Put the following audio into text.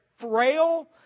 frail